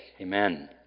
Amen